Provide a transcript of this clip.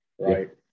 Right